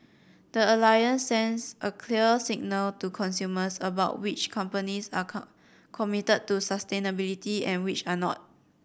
the Alliance since a clear signal to consumers about which companies are committed to sustainability and which are not